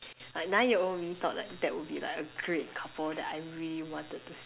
like nine year old me thought like that would be like a great couple that I really wanted to see